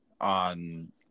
on